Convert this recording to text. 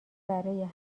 برای